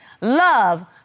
love